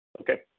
Okay